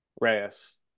Reyes